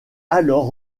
alors